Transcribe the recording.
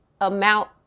amount